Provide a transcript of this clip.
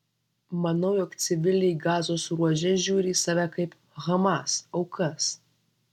manau jog civiliai gazos ruože žiūri į save kaip hamas aukas